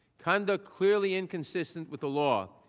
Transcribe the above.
conduct clearly inconsistent with the law,